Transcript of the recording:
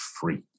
free